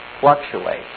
fluctuate